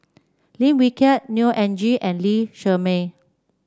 Lim Wee Kiak Neo Anngee and Lee Shermay